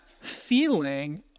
feeling